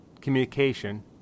communication